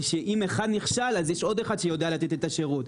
שאם אחד נכשל אז יש עוד אחד שיודע לתת את השירות.